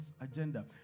agenda